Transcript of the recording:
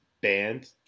band